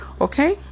Okay